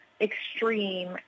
extreme